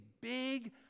big